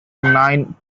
nine